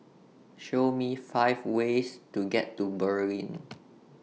Show Me five ways to get to Berlin